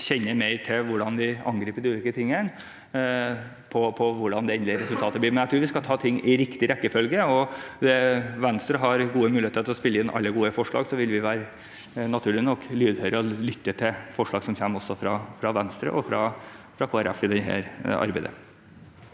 vi kjenner mer til hvordan vi angriper de ulike tingene, med hensyn til hvordan resultatet blir. Men jeg tror vi skal ta ting i riktig rekkefølge. Venstre har gode muligheter til å spille inn alle gode forslag, og så vil vi – naturlig nok – være lydhøre og lytte til forslag som kommer også fra Venstre og fra Kristelig